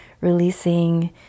releasing